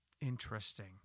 interesting